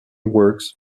works